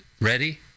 ready